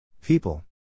People